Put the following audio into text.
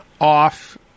off